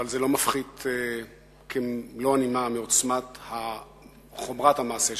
אבל זה לא מפחית כמלוא הנימה מעוצמת חומרת המעשה,